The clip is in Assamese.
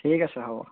ঠিক আছে হ'ব